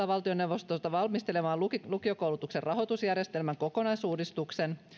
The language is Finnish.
valtioneuvostoa valmistelemaan lukiokoulutuksen rahoitusjärjestelmän kokonaisuudistuksen